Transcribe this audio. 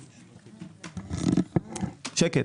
שקט.